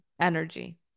energy